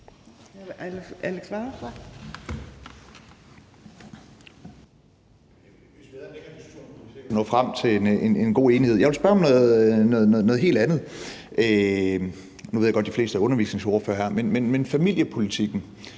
Jeg vil spørge om noget helt andet – og nu ved jeg godt, at de fleste er undervisningsordførere her – nemlig familiepolitikken.